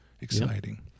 Exciting